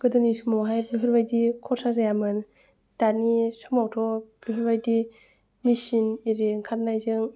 गोदोनि समावहाय बेफोरबायदि खरसा जायामोन दानि समावथ' बेफोरबायदि मेचिनआरि ओंखारनायजों